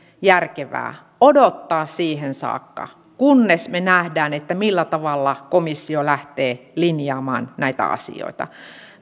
järkevää odottaa siihen saakka kunnes me näemme millä tavalla komissio lähtee linjaamaan näitä asioita